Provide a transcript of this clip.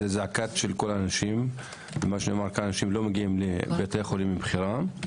זו זעקה של כל האנשים שלא מגיעים לבית החולים מבחירה,